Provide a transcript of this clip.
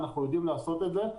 אנחנו יודעים לעשות את זה.